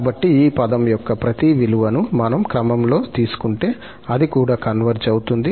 కాబట్టి ఈ పదం యొక్క ప్రతి విలువను మనం క్రమం లో తీసుకుంటే అది కూడా కన్వర్జ్ అవుతుంది